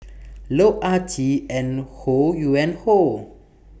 Loh Ah Chee and Ho Yuen Hoe